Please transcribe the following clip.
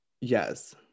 Yes